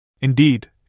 Indeed